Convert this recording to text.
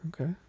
Okay